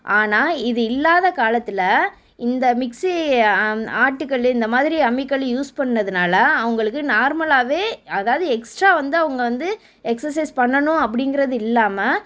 ஆனால் இது இல்லாத காலத்தில் இந்த மிக்ஸி அம் ஆட்டுக்கல் இந்த மாதிரி அம்மிக்கல் யூஸ் பண்ணதுனால் அவங்களுக்கு நார்மலாகவே அதாவது எக்ஸ்ட்ரா வந்து அவங்க வந்து எக்ஸசைஸ் பண்ணணும் அப்படிங்கறது இல்லாமல்